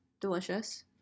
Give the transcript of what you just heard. delicious